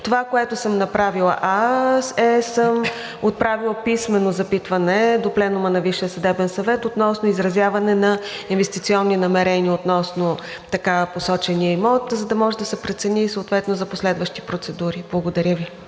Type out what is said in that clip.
Това, което съм направила аз, е, че съм отправила писмено запитване до Пленума на Висшия съдебен съвет относно изразяване на инвестиционни намерения относно така посочения имот, за да може да се прецени съответно за последващи процедури. Благодаря Ви.